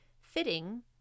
fitting